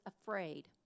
afraid